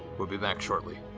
we'll be back shortly.